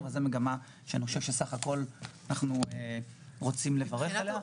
זאת מגמה שאנחנו מברכים עליה.